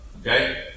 okay